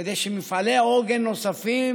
כדי שמפעלי עוגן נוספים,